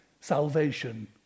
salvation